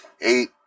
eight